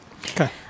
Okay